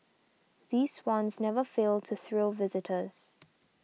these swans never fail to thrill visitors